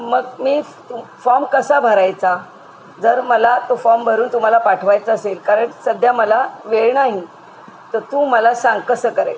मग मी तु फॉर्म कसा भरायचा जर मला तो फॉर्म भरून तुम्हाला पाठवायचा असेल कारण सध्या मला वेळ नाही तर तू मला सांग कसं करेल